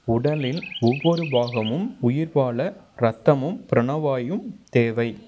உடலில் ஒவ்வொரு பாகமும் உயிர்வாழ இரத்தமும் ப்ராணவாயும் தேவை